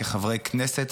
כחברי כנסת,